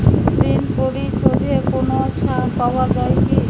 ঋণ পরিশধে কোনো ছাড় পাওয়া যায় কি?